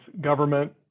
government